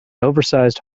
oversize